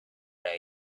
out